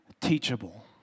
teachable